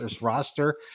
roster